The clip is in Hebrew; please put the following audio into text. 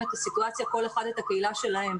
את הסיטואציה כל אחד את הקהילה שלו.